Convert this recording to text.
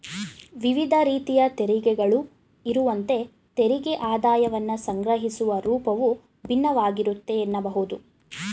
ವಿವಿಧ ರೀತಿಯ ತೆರಿಗೆಗಳು ಇರುವಂತೆ ತೆರಿಗೆ ಆದಾಯವನ್ನ ಸಂಗ್ರಹಿಸುವ ರೂಪವು ಭಿನ್ನವಾಗಿರುತ್ತೆ ಎನ್ನಬಹುದು